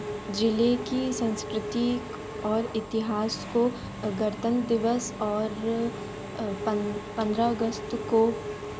जिले की सांस्कृतिक और इतिहास को गणतंत्र दिवस और पन् पन्द्रह अगस्त को